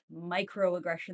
microaggressions